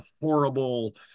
horrible